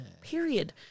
period